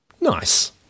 Nice